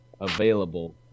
available